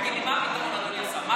תגיד לי מה הפתרון, אדוני השר.